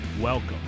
Welcome